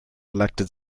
elected